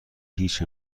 هیچ